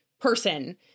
person